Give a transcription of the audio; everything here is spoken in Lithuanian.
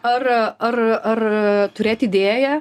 ar ar ar turėt idėją